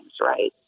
right